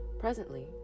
Presently